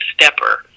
stepper